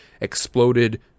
exploded